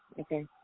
Okay